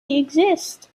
exist